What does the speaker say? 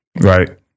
Right